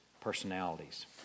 personalities